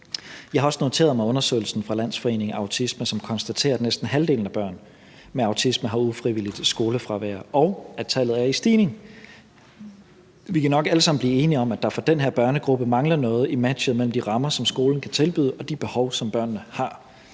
Jeg har også noteret mig undersøgelsen fra Landsforeningen Autisme, som konstaterer, at næsten halvdelen af børn med autisme har ufrivilligt skolefravær, og at tallet er i stigning. Vi kan nok alle sammen blive enige om, at der for den her børnegruppe mangler noget i matchet mellem de rammer, som skolen kan tilbyde, og de behov, som børnene har.